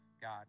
God